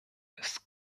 ist